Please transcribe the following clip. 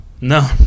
No